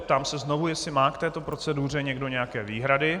Ptám se znovu, jestli má k této proceduře někdo nějaké výhrady.